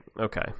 okay